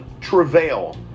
travail